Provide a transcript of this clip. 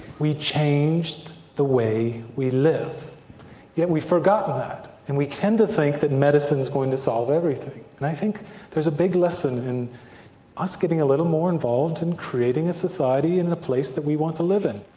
we changed the way we live. and yet we've forgotten that, and we tend to think that medicine is going to solve everything. and i think there's a big lesson in us getting a little more involved in creating a society in the ah place that we want to live in.